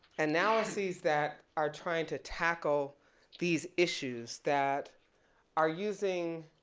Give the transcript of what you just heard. analysis that are trying to tackle these issues that are using